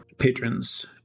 patrons